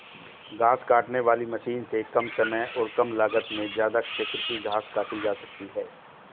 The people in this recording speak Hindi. घास काटने वाली मशीन से कम समय और कम लागत में ज्यदा क्षेत्र की घास काटी जा सकती है